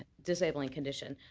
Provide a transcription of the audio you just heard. disabling condition.